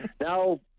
now